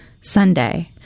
Sunday